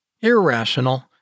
irrational